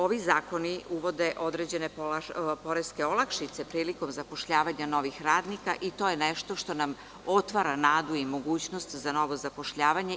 Ovi zakoni uvode određene poreske olakšice prilikom zapošljavanja novih radnika i to je nešto što nam otvara nadu i mogućnost za novo zapošljavanje.